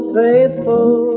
faithful